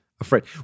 Afraid